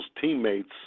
teammates